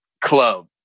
club